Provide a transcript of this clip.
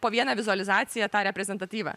po vieną vizualizaciją tą reprezentatyvią